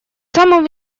самым